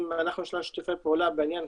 אם יש לנו שיתופי פעולה בעניין.